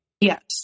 Yes